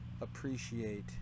appreciate